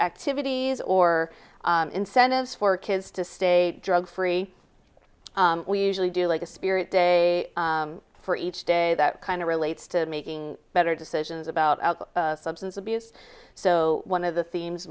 activities or incentives for kids to stay drug free we usually do like a spirit day for each day that kind of relates to making better decisions about substance abuse so one of the themes